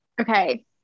Okay